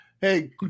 Hey